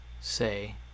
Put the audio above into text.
say